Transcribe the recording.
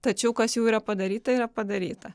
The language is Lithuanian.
tačiau kas jau yra padaryta yra padaryta